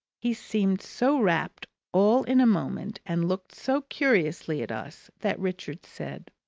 he seemed so rapt all in a moment and looked so curiously at us that richard said,